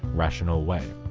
rational way.